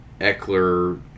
Eckler